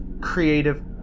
creative